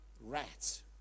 rats